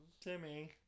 Timmy